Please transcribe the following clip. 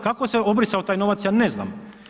Kako se obrisao taj novac, ja ne znam.